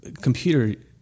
computer